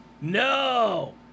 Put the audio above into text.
No